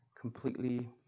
completely